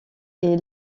est